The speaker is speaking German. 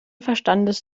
verstandes